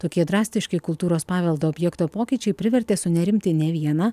tokie drastiški kultūros paveldo objekto pokyčiai privertė sunerimti ne vieną